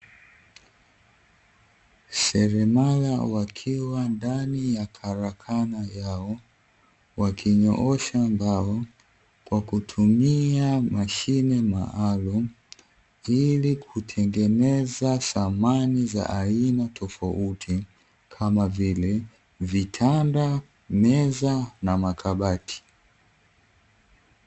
Selemara wakiwa ndani ya karakana yao wakinyoosha mbao kwa kutumia mashine maalum, ili kutengeneza samani za aina tofauti kamavile vitanda, meza na makabati.